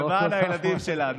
למען הילדים שלנו.